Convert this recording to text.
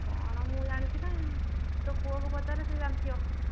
କ'ଣ ମୁଁ ଜାଣିଛି ନା ତୋ ପୁଅକୁ ପଚାରେ ସେ ଜାଣିଥିବ